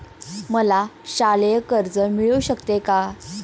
मला शालेय कर्ज मिळू शकते का?